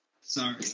Sorry